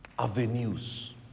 avenues